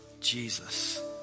Jesus